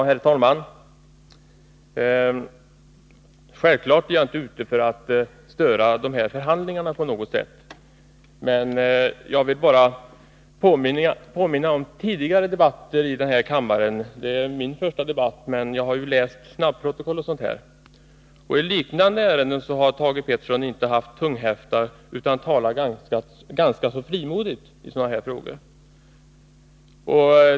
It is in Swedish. Herr talman! Självfallet är jag inte ute efter att störa förhandlingarna på något sätt. Jag vill bara påminna om tidigare debatter i den här kammaren. Det här är min första debatt, men eftersom jag har läst snabbprotokollet vet jag att Thage Peterson i liknande ärenden inte har haft tunghäfta utan talat ganska frimodigt.